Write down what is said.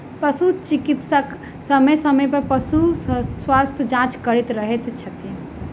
पशु चिकित्सक समय समय पर पशुक स्वास्थ्य जाँच करैत रहैत छथि